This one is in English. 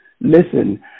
listen